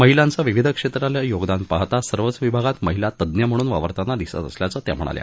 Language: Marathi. महिलांचं विविध क्षेत्रातलं योगदान पाहता सर्वच विभागात महिला तज्ञ म्हणून वावरताना दिसत असल्याचं त्या म्हणाल्या